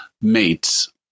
mates